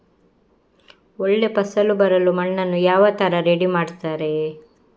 ಒಳ್ಳೆ ಫಸಲು ಬರಲು ಮಣ್ಣನ್ನು ಯಾವ ತರ ರೆಡಿ ಮಾಡ್ತಾರೆ?